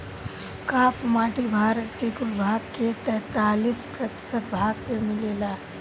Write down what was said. काप माटी भारत के कुल भाग के तैंतालीस प्रतिशत भाग पे मिलेला